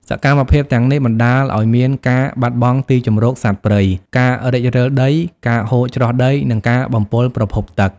សកម្មភាពទាំងនេះបណ្តាលឱ្យមានការបាត់បង់ទីជម្រកសត្វព្រៃ ការរិចរឹលដី ការហូរច្រោះដី និងការបំពុលប្រភពទឹក។